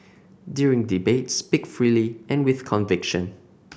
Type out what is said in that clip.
during debates speak freely and with conviction